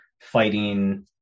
fighting